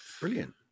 Brilliant